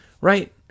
right